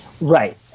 Right